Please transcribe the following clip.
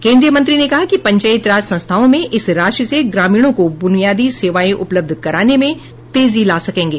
केन्द्रीय मंत्री ने कहा कि पंचायती राज संस्थाओं में इस राशि से ग्रामीणों को ब्रनियादी सेवाएं उपलब्ध कराने में तेजी ला सकेंगे